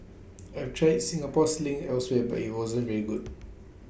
I've tried Singapore sling elsewhere but IT wasn't very good